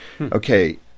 Okay